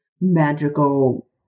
magical